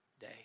day